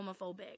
homophobic